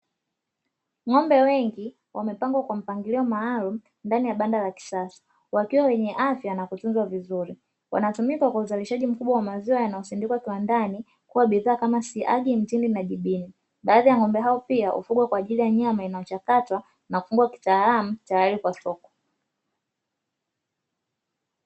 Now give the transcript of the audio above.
Ng'ombe wengi wamepangwa kwa mpangilio maalum ndani ya banda la kisasa wakiwa wenye afya na kutunza vizuri, wanatumika kwa uzalishaji mkubwa wa maziwa yanayosindikwa kiwandani kuwa bidhaa kama siagi mtindi na jibini. Baadhi ya ng'ombe hao pia hufungwa kwa ajili ya nyama inayochakatwa nafungua kitaalamu tayari kwa soko.